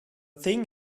thing